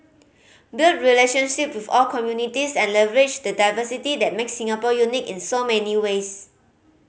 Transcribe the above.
build relationship with all communities and leverage the diversity that makes Singapore unique in so many ways